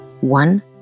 one